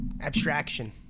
Abstraction